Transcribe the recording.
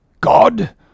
God